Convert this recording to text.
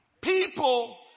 People